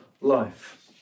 life